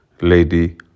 Lady